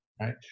right